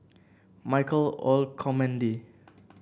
Michael Olcomendy